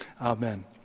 Amen